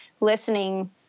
listening